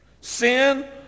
Sin